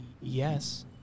Yes